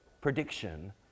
prediction